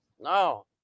No